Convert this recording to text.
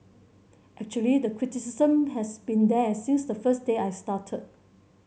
actually the criticism has been there since the first day I started